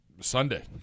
Sunday